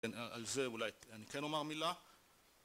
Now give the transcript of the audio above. על זה אולי אני כן אומר מילה